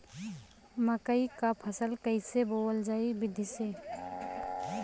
मकई क फसल कईसे बोवल जाई विधि से?